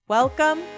Welcome